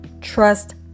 trust